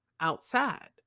outside